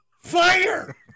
Fire